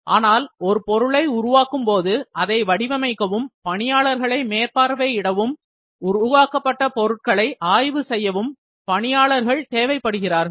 ஆனால் ஒரு பொருளை உருவாக்கும் போது அதை வடிவமைக்கவும் பணியாளர்களை மேற்பார்வை இடவும் உருவாக்கப்பட்ட பொருட்களை ஆய்வு செய்யவும் பணியாளர்கள் தேவைப்படுகிறார்கள்